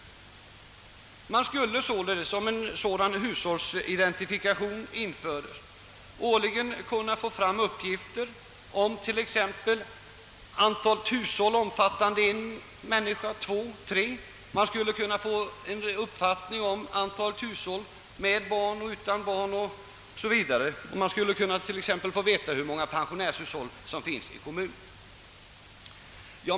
Man skulle således, om en sådan hushållsidentifikation infördes, årligen kunna få fram uppgifter om t.ex. antalet hushåll omfattande en person, två personer 0. s. v., man skulle kunna få en uppfattning om antalet hushåll med barn och utan barn, och man skulle kunna få veta hur många pensionärshushåll som finns i kommunen.